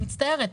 אני מצטערת,